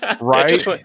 right